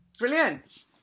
Brilliant